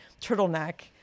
turtleneck